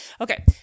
Okay